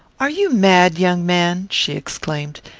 are you mad, young man? she exclaimed.